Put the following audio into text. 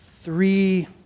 three